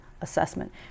assessment